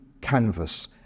canvas